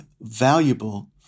valuable